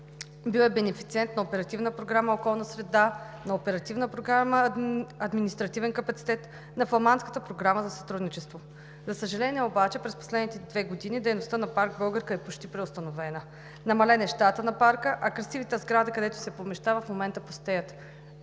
Бил е бенефициент на Оперативна програма „Околна среда“, на Оперативна програма „Административен капацитет“, на Фламандската програма за сътрудничество. За съжаление обаче, през последните две години дейността на Природен парк „Българка“ е почти преустановена. Намален е щатът на Парка, а красивите сгради, където се помещава, в момента пустеят.